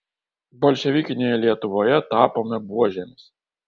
bolševikinėje lietuvoje tapome buožėmis